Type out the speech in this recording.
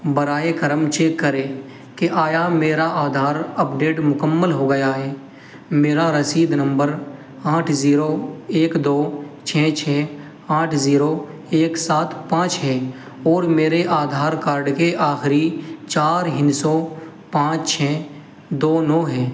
براہ کرم چیک کریں کہ آیا میرا آدھار اپڈیٹ مکمل ہو گیا ہے میرا رسید نمبر آٹھ زیرو ایک دو چھ چھ آٹھ زیرو ایک سات پانچ ہے اور میرے آدھار کاڈ کے آخری چار ہندسوں پانچ چھ دو نو ہیں